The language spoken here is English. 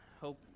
Hope